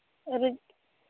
ᱨᱳᱡᱽᱜᱟᱨ